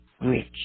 rich